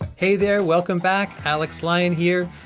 hey there, welcome back alex lyon here,